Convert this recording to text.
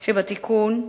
של התיקון,